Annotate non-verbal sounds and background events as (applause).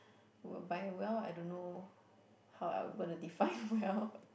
whereby well I don't know how I'll gonna define well (laughs)